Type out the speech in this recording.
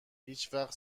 هیچوقت